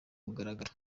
mugaragaro